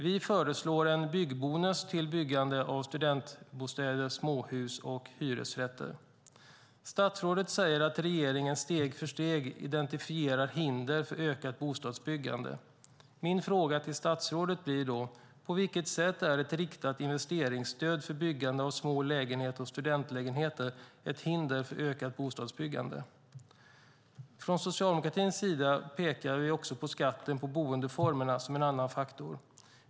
Vi föreslår en byggbonus till byggande av studentbostäder, småhus och hyresrätter. Statsrådet säger att regeringen steg för steg identifierar hinder för ökat bostadsbyggande. Min fråga till statsrådet blir då: På vilket sätt är ett riktat investeringsstöd för byggande av smålägenheter och studentlägenheter ett hinder för ökat bostadsbyggande? Från socialdemokratins sida pekar vi på skatten för boendeformen som en faktor.